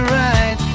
right